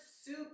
soup